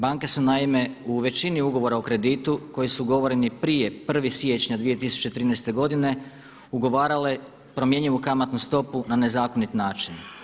Banke su naime u većini ugovora o kreditu koji su ugovoreni prije 1. siječnja 2013. godine ugovarale promjenjivu kamatnu stopu na nezakonit način.